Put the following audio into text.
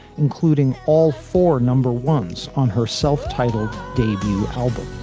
including all four number ones on her self-titled debut album